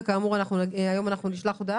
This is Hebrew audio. וכאמור אנחנו נשלח הודעה